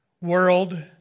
world